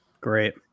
great